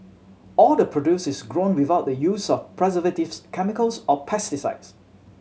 all the produce is grown without the use of preservatives chemicals or pesticides